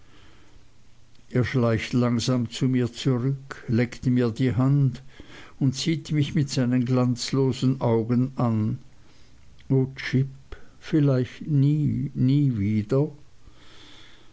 er schleicht langsam zu mir zurück leckt mir die hand und sieht mich mit seinen glanzlosen augen an o jip vielleicht nie nie wieder